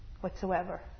whatsoever